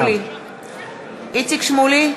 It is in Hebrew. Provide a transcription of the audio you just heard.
(קוראת בשם חבר הכנסת) איציק שמולי,